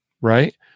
right